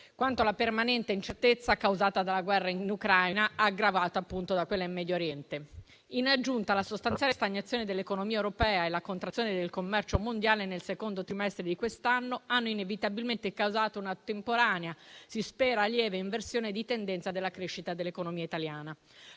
quanto la permanente incertezza causata dalla guerra in Ucraina, aggravata appunto da quella in Medio Oriente. In aggiunta, la sostanziale stagnazione dell'economia europea e la contrazione del commercio mondiale nel secondo trimestre di quest'anno hanno inevitabilmente causato una temporanea e - si spera - lieve inversione di tendenza della crescita dell'economia italiana.